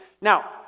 Now